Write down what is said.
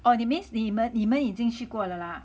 oh that means 你们你们已经去过了啦